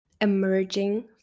emerging